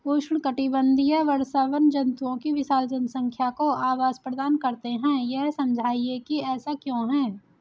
उष्णकटिबंधीय वर्षावन जंतुओं की विशाल जनसंख्या को आवास प्रदान करते हैं यह समझाइए कि ऐसा क्यों है?